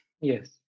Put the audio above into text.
Yes